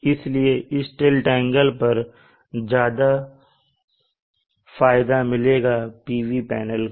इसलिए इस tilt angle पर ज्यादा फायदा मिलेगा PV पैनल को